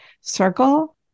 circle